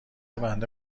بنده